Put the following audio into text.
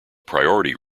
priority